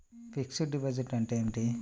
Fixed డిపాజిట్లు అంటే ఏమిటి?